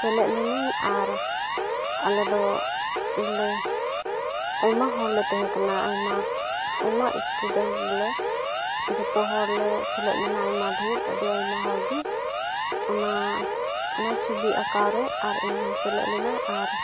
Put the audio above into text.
ᱥᱮᱞᱮᱫ ᱞᱤᱱᱟᱹᱧ ᱟᱨ ᱟᱞᱮ ᱫᱚ ᱵᱚᱞᱮ ᱟᱭᱢᱟ ᱦᱚᱲᱞᱮ ᱛᱟᱦᱮᱸᱠᱟᱱᱟ ᱟᱭᱢᱟ ᱟᱭᱢᱟ ᱥᱴᱩᱰᱮᱱᱴ ᱵᱚᱞᱮ ᱡᱚᱛᱚ ᱦᱚᱲ ᱞᱮ ᱥᱮᱞᱮᱫ ᱞᱮᱱᱟ ᱟᱭᱢᱟ ᱰᱷᱮᱨ ᱟᱹᱰᱤ ᱟᱭᱢᱟ ᱦᱚᱲᱜᱮ ᱚᱱᱟ ᱚᱱᱟ ᱪᱷᱚᱵᱤ ᱟᱠᱟᱶ ᱨᱮ ᱟᱨ ᱤᱧᱦᱚᱧ ᱥᱮᱞᱮᱫ ᱞᱮᱱᱟ ᱟᱨ